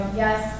yes